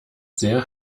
sehr